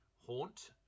Haunt